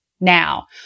now